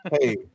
Hey